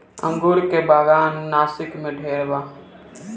अंगूर के बागान नासिक में ढेरे बा